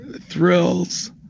thrills